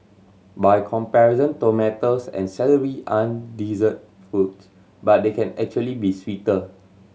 by comparison tomatoes and celery aren't dessert foods but they can actually be sweeter